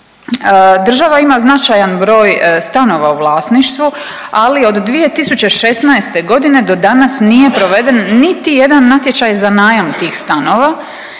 Država ima značajan broj stanova u vlasništvu, ali od 2016. godine do danas nije proveden niti jedan natječaj za najam tih stanova.